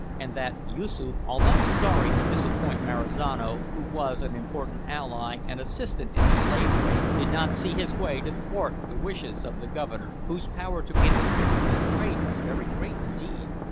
and that yoosoof, although sorry to disappoint marizano, who was an important ally and assistant in the slave-trade, did not see his way to thwart the wishes of the governor, whose power to interfere with his trade was very great indeed,